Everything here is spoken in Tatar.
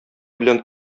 белән